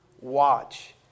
Watch